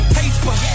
Paper